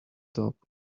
top